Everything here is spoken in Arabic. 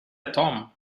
توم